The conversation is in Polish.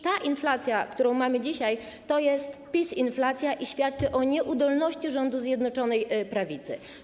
Ta inflacja, którą mamy dzisiaj, to jest PiS-inflacja i świadczy o nieudolności rządu Zjednoczonej Prawicy.